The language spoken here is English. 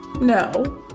no